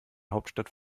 hauptstadt